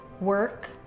work